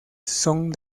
son